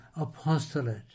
apostolate